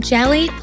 Jelly